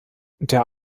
der